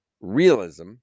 realism